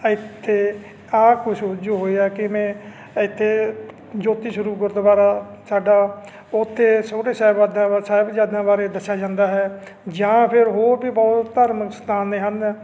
ਇੱਥੇ ਆਹ ਕੁਛ ਜੋ ਹੋਇਆ ਕਿਵੇਂ ਇੱਥੇ ਜੋਤੀ ਸਰੂਪ ਗੁਰਦੁਆਰਾ ਸਾਡਾ ਉੱਥੇ ਛੋਟੇ ਸਾਹਿਬਾਦਿਆਂ ਸਾਹਿਬਜ਼ਾਦਿਆਂ ਬਾਰੇ ਦੱਸਿਆ ਜਾਂਦਾ ਹੈ ਜਾਂ ਫੇਰ ਹੋਰ ਵੀ ਬਹੁਤ ਧਾਰਮਿਕ ਸਥਾਨ ਹਨ